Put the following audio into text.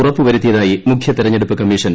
ഉറപ്പുവരുത്തിയതായി മുഖ്യ തെരഞ്ഞെടുപ്പ് commissioner O